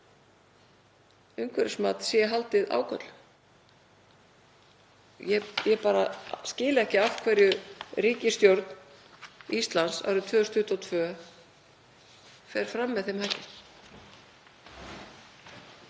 umhverfismat sé haldið ágalla. Ég bara skil ekki af hverju ríkisstjórn Íslands árið 2022 fer fram með þeim hætti.